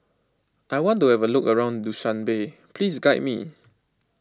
I want to have a look around Dushanbe Please guide me